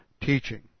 teaching